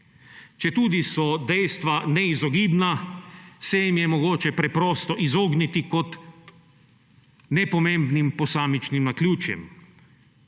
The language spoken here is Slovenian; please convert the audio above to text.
Četudi so dejstva neizogibna, se jim je mogoče preprosto izogniti kot nepomembnim posamičnim naključjem.